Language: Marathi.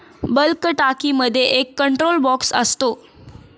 बल्क टाकीमध्ये एक कंट्रोल बॉक्स असतो